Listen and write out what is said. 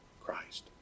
Christ